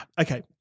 okay